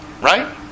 Right